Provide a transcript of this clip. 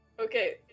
Okay